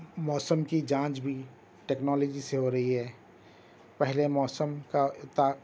موسم کی جانچ بھی ٹیکنالوجی سے ہو رہی ہے پہلے موسم کا تھا